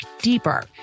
deeper